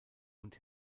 und